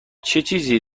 چیزی